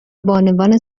بانوان